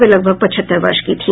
वे लगभग पचहत्तर वर्ष की थी